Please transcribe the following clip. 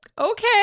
okay